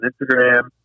Instagram